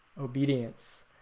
obedience